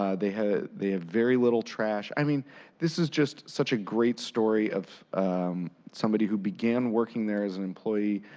ah they have they have very little trash. i mean this is such a great story of somebody who began working there as an employee,